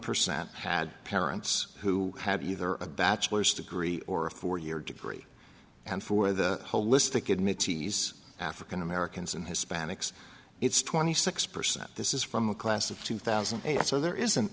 percent had parents who have either a bachelor's degree or a four year degree and for the holistic admits he's african americans and hispanics it's twenty six percent this is from a class of two thousand and eight so there isn't